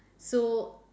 so